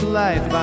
life